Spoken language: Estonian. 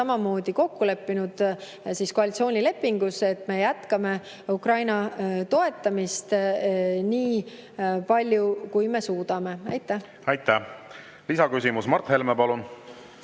samamoodi kokku leppinud koalitsioonilepingus, et me jätkame Ukraina toetamist nii palju, kui me suudame. Lisaküsimus, Mart Helme, palun!